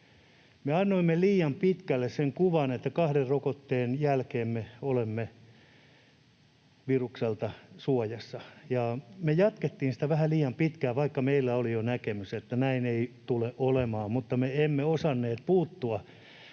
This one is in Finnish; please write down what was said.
Me annoimme liian pitkälle sen kuvan, että kahden rokotteen jälkeen me olemme virukselta suojassa, ja me jatkettiin sitä vähän liian pitkään, vaikka meillä oli jo näkemys, että näin ei tule olemaan. Me emme osanneet puuttua